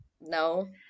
No